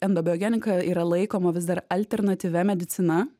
endobiogenika yra laikoma vis dar alternatyvia medicina